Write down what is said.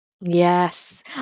Yes